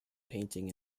painting